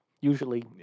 Usually